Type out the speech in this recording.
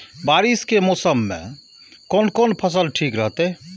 बारिश के मौसम में कोन कोन फसल ठीक रहते?